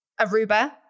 Aruba